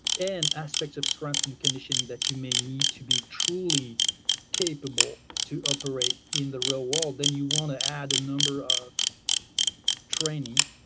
and aspects of strength and conditioning that you may need to be truly capable to operate in the real world, then you want to add a number of training